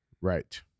Right